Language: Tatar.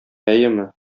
әйеме